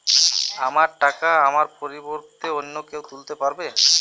আমার টাকা আমার পরিবর্তে অন্য কেউ তুলতে পারবে?